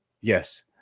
Yes